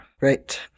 Right